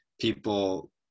people